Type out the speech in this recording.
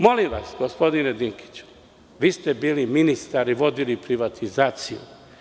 Molim vas, gospodine Dinkiću, bili ste ministar i vodili ste privatizaciju.